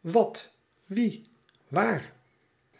wat wie waar